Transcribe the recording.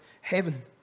heaven